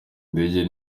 indege